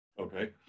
okay